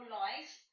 life